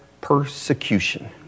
persecution